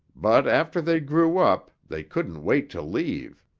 but after they grew up, they couldn't wait to leave.